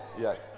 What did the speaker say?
Yes